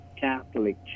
catholic